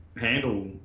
handle